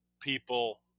people